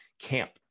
camp